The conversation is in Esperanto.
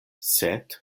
sed